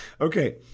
Okay